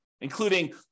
including